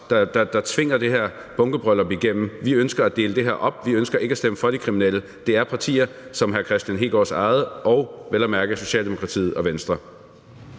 der tvinger det her bunkebryllup igennem. Vi ønsker at dele det her op. Vi ønsker ikke at stemme for de kriminelle; det er partier som hr. Kristian Hegaards eget og vel at mærke Socialdemokratiet og Venstre.